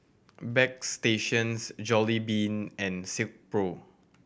Bagstationz Jollibean and Silkpro